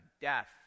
death